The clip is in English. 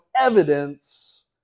evidence